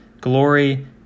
glory